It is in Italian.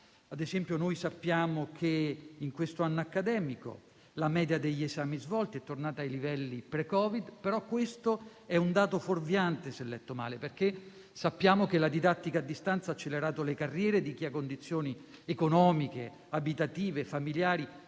Ad esempio, noi sappiamo che in questo anno accademico la media degli esami svolti è tornata ai livelli pre-Covid; tuttavia questo è un dato fuorviante se letto male. Sappiamo infatti che la didattica a distanza ha accelerato le carriere di chi è in condizioni economiche, abitative e familiari